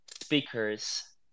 speakers